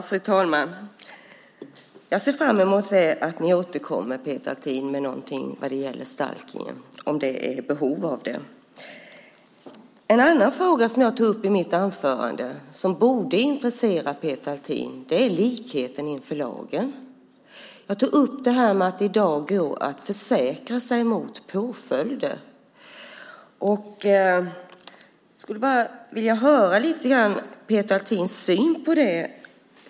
Fru talman! Jag ser fram emot att ni återkommer med någonting när det gäller stalkning om det är behov av det. En annan fråga som jag tog upp i mitt anförande och som borde intressera Peter Althin är likheten inför lagen. Jag tog upp att det i dag går att försäkra sig mot påföljder. Jag skulle därför vilja ha Peter Althins syn på detta.